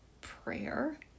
prayer